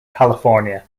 california